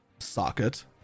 socket